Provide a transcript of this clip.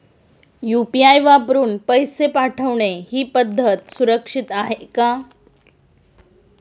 UPI वापरून पैसे पाठवणे ही पद्धत सुरक्षित आहे का?